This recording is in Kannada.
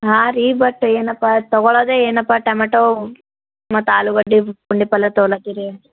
ಹಾಂ ರೀ ಬಟ್ ಏನಪ್ಪ ತಗೋಳದೆ ಏನಪ್ಪ ಟಮಟೋ ಮತ್ತು ಆಲೂಗಡ್ಡಿ ಪುಂಡಿಪಲ್ಯ ತಗೋಲದಿರಿ